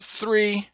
three